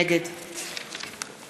נגד